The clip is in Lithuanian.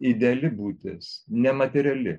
ideali būtis nemateriali